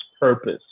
purpose